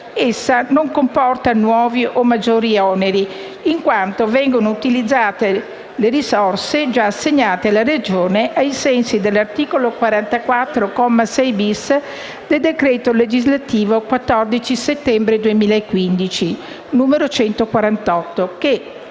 Essa non comporta nuovi o maggiori oneri, in quanto vengono utilizzate le risorse già assegnate alla Regione ai sensi dell'articolo 44, comma 6-*bis*, del decreto legislativo n. 148 del 14 settembre 2015, che